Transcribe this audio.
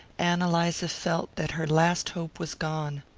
ann eliza felt that her last hope was gone.